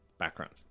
background